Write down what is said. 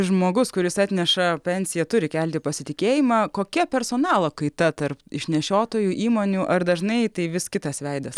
žmogus kuris atneša pensiją turi kelti pasitikėjimą kokia personalo kaita tarp išnešiotųjų įmonių ar dažnai tai vis kitas veidas